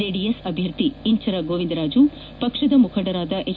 ಚೆಡಿಎಸ್ ಅಭ್ಯರ್ಥಿ ಇಂಚರ ಗೋವಿಂದರಾಜು ಪಕ್ಷದ ಮುಖಂಡರಾದ ಎಚ್